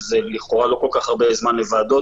שזה לכאורה לא כל כך הרבה זמן לוועדות,